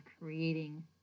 creating